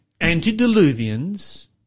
antediluvians